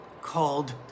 called